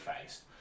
faced